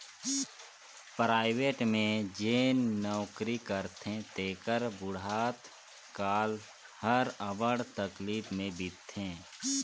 private में जेन नउकरी करथे तेकर बुढ़त काल हर अब्बड़ तकलीफ में बीतथे